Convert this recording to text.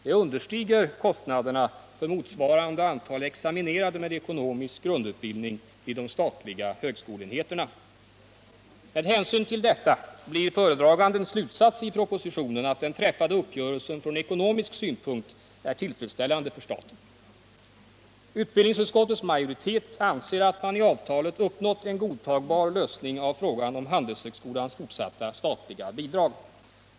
Det understiger kostnaderna för motsvarande antal examinerade med ekonomisk grundutbildning vid de statliga högskoleenheterna. Med hänsyn till detta blir föredragandens slutsats i propositionen att den träffade uppgörelsen från ekonomisk synpunkt är tillfredsställande för staten. Utbildningsutskottets majoritet anser att man i avtalet uppnått en godtagbar lösning av frågan om Handelshögskolans fortsatta statliga bidrag.